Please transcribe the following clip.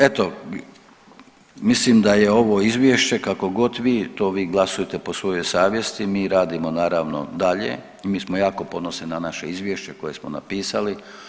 Eto mislim da je ovo izvješće kakogod vi to vi glasujte po svojoj savjesti, mi radimo naravno dalje, mi smo jako ponosni na naše izvješće koje smo napisali.